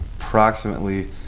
approximately